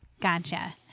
Gotcha